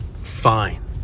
fine